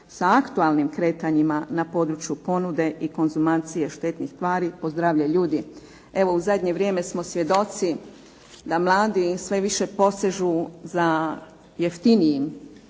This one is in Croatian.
sa aktualnim kretanjima na području ponude i konzumacije štetnih tvari po zdravlje ljudi. Evo u zadnje vrijeme smo svjedoci da mladi sve više posežu za jeftinijim